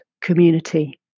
community